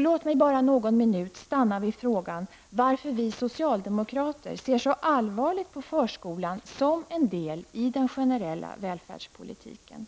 Låt mig bara någon minut stanna vid frågan varför vi socialdemokrater ser så allvarligt på förskolan som en del i den generella välfärdspolitiken.